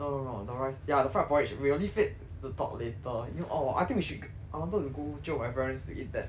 no no no the rice ya the fried porridge we'll leave it to talk later you know or I think we should I wanted to go jio my parents to eat that